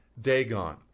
Dagon